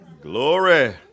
glory